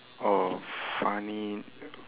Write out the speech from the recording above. orh funny